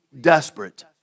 desperate